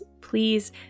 please